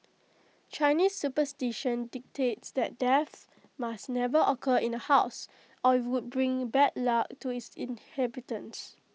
Chinese superstition dictates that death must never occur in A house or IT would bring bad luck to its inhabitants